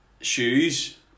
shoes